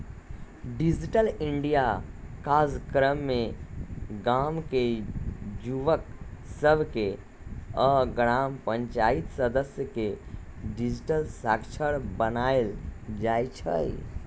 digital India काजक्रम में गाम के जुवक सभके आऽ ग्राम पञ्चाइत सदस्य के डिजिटल साक्षर बनाएल जाइ छइ